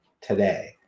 today